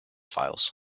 files